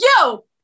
yo